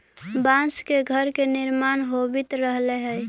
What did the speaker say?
बाँस से घर के निर्माण होवित रहले हई